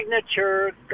signature